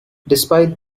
despite